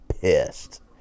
pissed